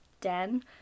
den